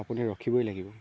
আপুনি ৰখিবই লাগিব